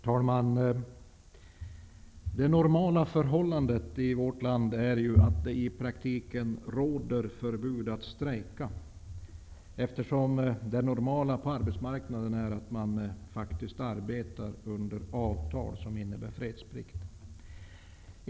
Herr talman! Det normala förhållandet i vårt land är att det i praktiken råder förbud att strejka eftersom det normala på arbetsmarknaden är att man faktiskt arbetar under avtal som innebär fredsplikt.